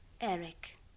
Eric